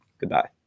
Goodbye